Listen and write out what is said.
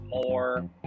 more